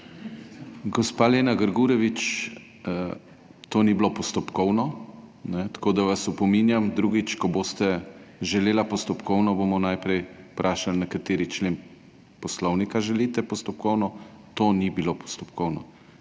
Gospa Lena Grgurevič, to ni bilo postopkovno, tako da vas opominjam drugič, ko boste želela postopkovno, bomo najprej vprašali na kateri člen Poslovnika želite postopkovno, to ni bilo postopkovno.